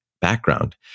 background